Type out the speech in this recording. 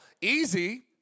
Easy